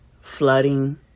flooding